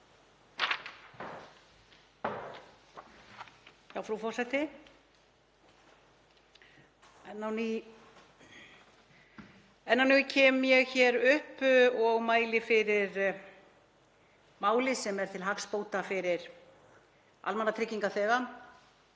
Frú forseti. Enn á ný kem ég hér upp og mæli fyrir máli sem er til hagsbóta fyrir almannatryggingaþega.